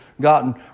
gotten